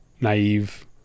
naive